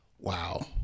Wow